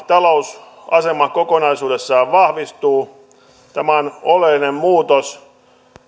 talousasema kokonaisuudessaan vahvistuu tämä on oleellinen muutos